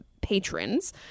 patrons